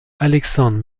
aleksandr